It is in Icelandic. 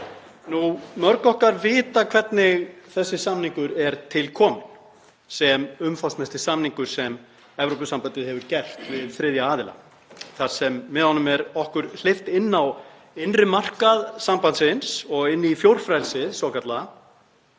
Mörg okkar vita hvernig þessi samningur er til kominn sem umfangsmesti samningur sem Evrópusambandið hefur gert við þriðja aðila. Með honum er okkur hleypt inn á innri markað sambandsins og inn í fjórfrelsið svokallaða,